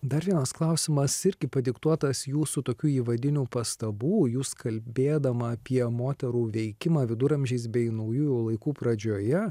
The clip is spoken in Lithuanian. dar vienas klausimas irgi padiktuotas jūsų tokių įvadinių pastabų jūs kalbėdama apie moterų veikimą viduramžiais bei naujųjų laikų pradžioje